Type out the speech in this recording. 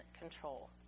control